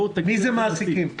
מי אלה המעסיקים?